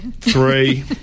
Three